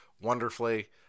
wonderfully